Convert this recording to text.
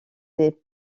des